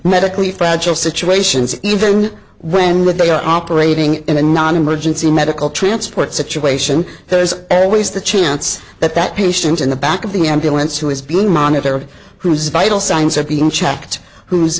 medically fragile situations even when what they are operating in a non emergency medical transport situation there's always the chance that that patient in the back of the ambulance who is being monitored who's vital signs are being checked who